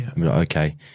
Okay